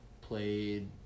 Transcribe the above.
played